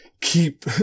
keep